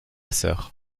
sœur